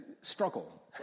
struggle